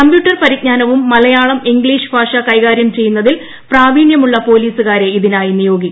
computer പരിജ്ഞാനവും Malayalam English ഭാഷ കൈകാര്യം ചെയ്യുന്നതിൽ പ്രാവീണ്യവുമുള്ള പോലീസുകാരെ ഇതിനായി നിയോഗിക്കും